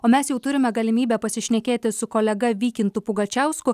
o mes jau turime galimybę pasišnekėti su kolega vykintu pugačiausku